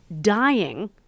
dying